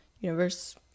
Universe